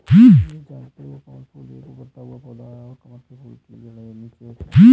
नीरज जानते हो कमल फूल एक उभरता हुआ पौधा है कमल के फूल की जड़े नीचे रहती है